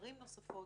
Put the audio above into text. לערים נוספים,